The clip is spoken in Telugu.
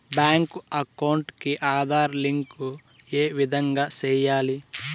బ్యాంకు అకౌంట్ కి ఆధార్ లింకు ఏ విధంగా సెయ్యాలి?